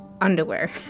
underwear